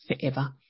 forever